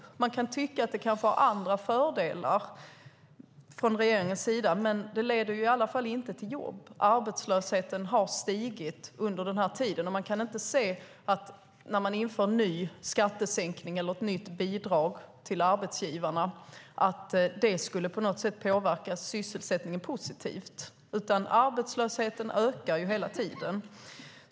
Regeringen kan tycka att det kanske har andra fördelar, men det leder i alla fall inte till jobb. Arbetslösheten har stigit under denna tid. När en ny skattesänkning eller ett nytt bidrag till införs för arbetsgivarna kan man inte se att det på något sätt skulle påverka sysselsättningen positivt. I stället ökar arbetslösheten hela tiden.